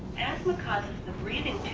asthma causes the breathing